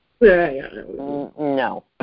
No